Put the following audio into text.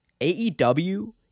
AEW